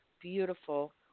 beautiful